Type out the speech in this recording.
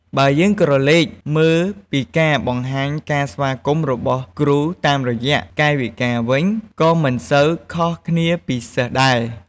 បើយើងក្រឡេកមើលពីការបង្ហាញការស្វាគមន៍របស់គ្រូតាមរយៈកាយវិការវិញ ក៏មិនសូវខុសគ្នាពីសិស្សដែរ។